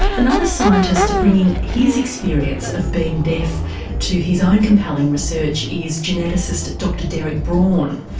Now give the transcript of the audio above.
another scientist bringing his experience of being deaf to his own compelling research is geneticist dr derek braun.